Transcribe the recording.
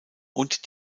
und